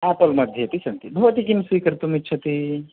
आपल् मध्येऽपि सन्ति भवती किं स्वीकर्तुमिच्छति